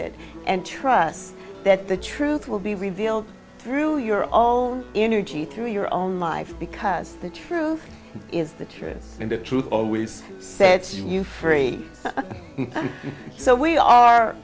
it and trust that the truth will be revealed through your own energy through your own life because the truth is the truth and the truth always set you free so we are